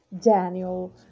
Daniel